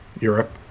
europe